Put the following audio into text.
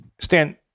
Stan